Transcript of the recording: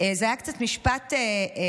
זה היה קצת משפט מסובך,